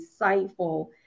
insightful